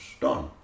done